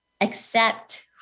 accept